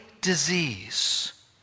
disease